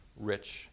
rich